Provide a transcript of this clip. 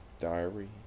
Diary